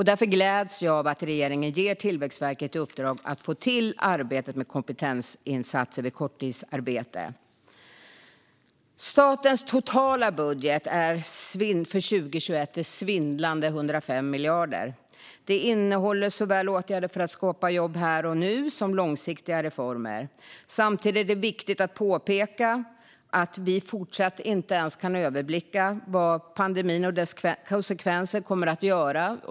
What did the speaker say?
Därför gläds jag åt att regeringen ger Tillväxtverket i uppdrag att få till arbetet med kompetensinsatser vid korttidsarbete. Statens totala budget för 2021 är svindlande 105 miljarder. Den innehåller såväl åtgärder för att skapa jobb här och nu som långsiktiga reformer. Samtidigt är det viktigt att påpeka att vi fortfarande inte ens kan överblicka vad pandemin och dess konsekvenser kommer att göra.